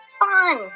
fun